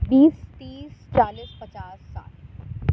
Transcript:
بیس تیس چالیس پچاس ساٹھ